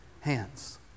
hands